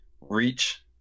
reach